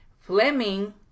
Fleming